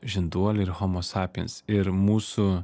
žinduoliai ir homo sapiens ir mūsų